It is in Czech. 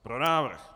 Pro návrh.